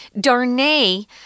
Darnay